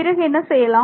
பிறகு என்ன செய்யலாம்